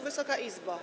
Wysoka Izbo!